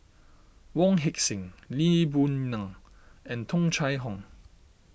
Wong Heck Sing Lee Boon Ngan and Tung Chye Hong